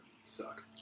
suck